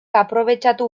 aprobetxatu